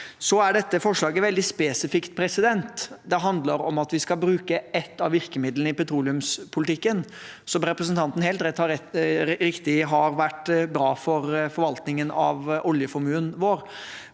Dette forslaget er veldig spesifikt. Det handler om at vi skal bruke et av virkemidlene i petroleumspolitikken, som representantene har helt rett i har vært bra for forvaltningen av oljeformuen vår